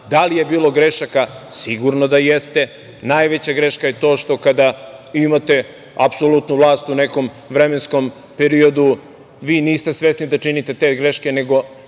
Da li bilo grešaka? Sigurno da jeste. Najveća greška je to što kada imate apsolutnu vlast u nekom vremenskom periodu, vi niste svesni da činite te greške, nego